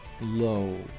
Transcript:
low